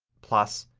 plus,